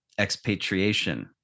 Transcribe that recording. expatriation